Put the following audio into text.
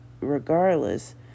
regardless